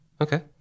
Okay